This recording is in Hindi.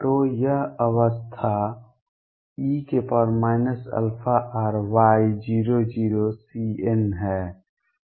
तो यह अवस्था e αr Y00Cn है